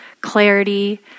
clarity